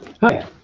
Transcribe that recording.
Hi